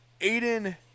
Aiden